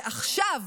ועכשיו,